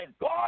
God